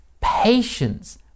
Patience